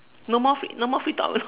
no more free no more free talk you know